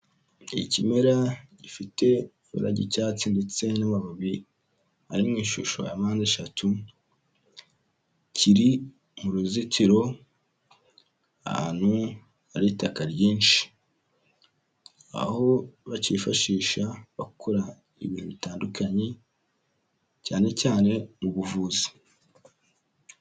Ikimera gifite ibara ry'icyatsi ndetse n'amababi ari mu ishusho ya mpande eshatu, kiri mu ruzitiro ahantu hari itaka ryinshi, aho bakifashisha bakora ibintu bitandukanye cyane cyane mu buvuzi.